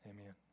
Amen